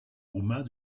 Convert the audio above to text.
roumain